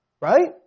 right